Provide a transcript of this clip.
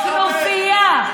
זה להתנהג כמו כנופיה,